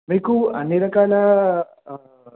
మీకు అన్ని రకాల